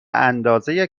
اندازه